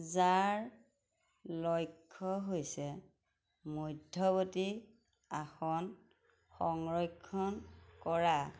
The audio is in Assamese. যাৰ লক্ষ্য হৈছে মধ্যৱৰ্তী আসন সংৰক্ষণ কৰা